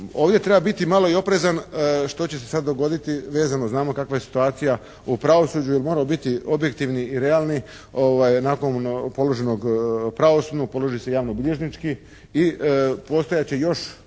ovdje treba biti malo i oprezan što će se sad dogoditi vezano, znamo kakva je situacija u pravosuđu, moramo biti objektivni i realni nakon položenog pravosudnog položi se javnobilježnički i postojat će još